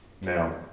Now